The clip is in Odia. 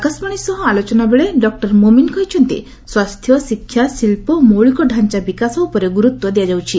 ଆକାଶବାଣୀ ସହ ଆଲୋଚନାବେଳେ ଡକ୍ଟର ମୋମିନ୍ କହିଛନ୍ତି ସ୍ୱାସ୍ଥ୍ୟ ଶିକ୍ଷା ଶିଳ୍ପ ଓ ମୌଳିକଡାଞ୍ଚା ବିକାଶ ଉପରେ ଗୁରୁତ୍ୱ ଦିଆଯାଉଛି